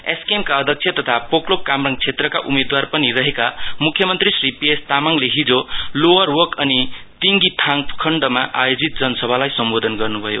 SKM का अध्यक्ष तथा पोकलोक कामराङ क्षेत्रका उम्मेदवार पनि रहेका मुख्यमन्त्री श्री पीएस तामाङले हिजो लोअर वर्क अनि तीङगिथाङ प्रखण्डमा आयोजित जनसभालाई सम्बोधन गर्नु भयो